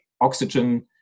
oxygen